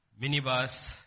minibus